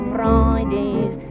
Fridays